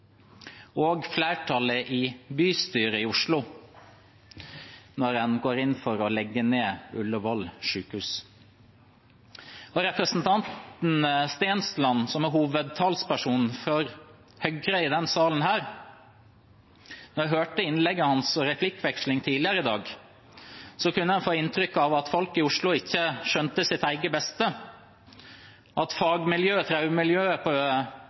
og flertallet i bystyret i Oslo en går inn for å legge ned Ullevål sykehus. Til representanten Stensland, som er hovedtalsperson for Høyre i denne saken: Da jeg hørte innlegget hans og replikkvekslingen tidligere i dag, kunne jeg få inntrykk av at folk i Oslo ikke skjønte sitt eget beste, og at traumemiljøet på